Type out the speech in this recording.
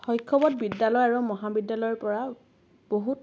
শৈশৱত বিদ্যালয় আৰু মহাবিদ্যালয়ৰ পৰা বহুত